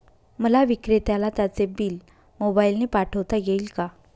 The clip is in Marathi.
मला विक्रेत्याला त्याचे बिल मोबाईलने पाठवता येईल का?